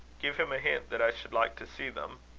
give him a hint that i should like to see them?